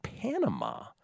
Panama